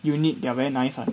unit they're very nice [one]